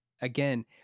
again